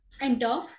enter